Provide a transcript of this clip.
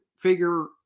figure